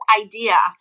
idea